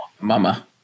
mama